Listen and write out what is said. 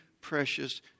precious